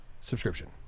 subscription